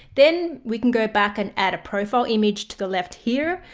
then we can go back and add a profile image to the left here.